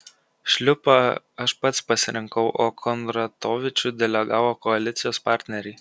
šliupą aš pats pasirinkau o kondratovičių delegavo koalicijos partneriai